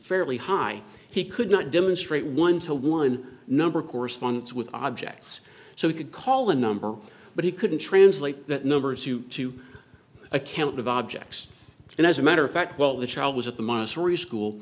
fairly high he could not demonstrate one to one number corresponds with objects so he could call the number but he couldn't translate that number two to account of abject and as a matter of fact well the child was at the minus three school